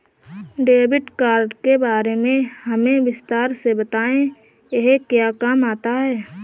Debit card के बारे में हमें विस्तार से बताएं यह क्या काम आता है?